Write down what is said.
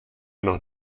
noch